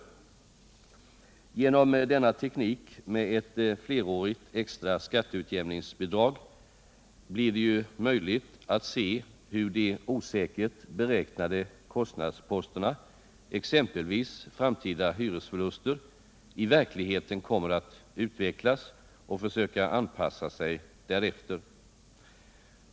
Genom denna teknik med ett flerårigt extra skatteutjämningsbidrag blir det möjligt att se hur de osäkert beräknade kostnadsposterna, exempelvis framtida hyresförluster, i verkligheten kommer att utvecklas och försöka anpassa sig därefter.